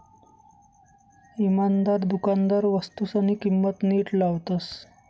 इमानदार दुकानदार वस्तूसनी किंमत नीट लावतस